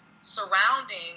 surrounding